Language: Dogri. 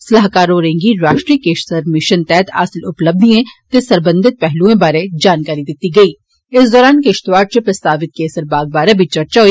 सलाहकार होरें गी राश्ट्रीय केसर मिषन तैहत हासिल उपलब्धिएं ते सरबंधित पेहलुए बारै जानकारी दिती गेई इस दौरान किष्तवाड़ च प्रस्तावित केसर बाग बारै बी चर्चा होई